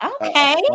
okay